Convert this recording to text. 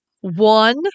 One